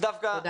תודה.